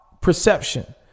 perception